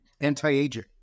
anti-aging